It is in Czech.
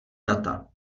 data